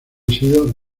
sido